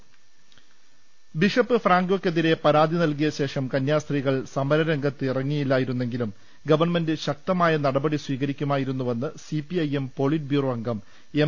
ൾ ൽ ൾ ബിഷപ്പ് ഫ്രാങ്കോക്കെതിരായ പരാതി നൽകിയ ശേഷം കന്യാസ്ത്രീകൾ സമരരംഗത്ത് ഇറങ്ങിയില്ലാ യിരുന്നെങ്കിലും ഗവൺമെന്റ് ശക്തമായ നടപടി സ്വീകരിക്കുമായിരുന്നുവെന്ന് C P I M politburo അംഗം എം